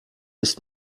ist